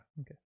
Okay